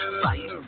fight